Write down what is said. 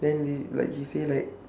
then they like he say like